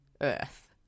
Earth